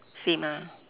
same ah